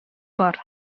бар